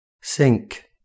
sink